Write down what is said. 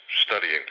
studying